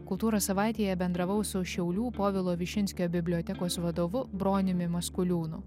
kultūros savaitėje bendravau su šiaulių povilo višinskio bibliotekos vadovu broniumi maskuliūnu